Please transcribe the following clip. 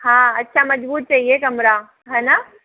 हाँ अच्छा मजबूत चाहिए कमरा है न